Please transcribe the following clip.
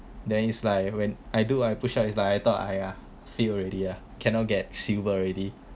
then is like when I do I push up it's like I thought !aiya! failed already ah cannot get silver already